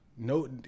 No